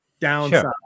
downside